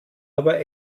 aber